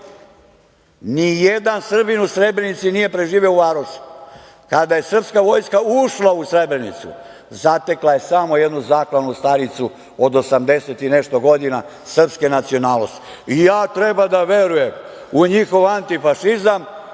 ni jedan Srbin u Srebrenici nije preživeo u varoši. Kada je srpska vojska ušla u Srebrenicu zatekla je samo jednu zaklanu staricu od osamdeset i nešto godina, srpske nacionalnosti. Treba ja da verujem u njihov antifašizam